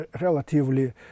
relatively